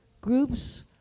groups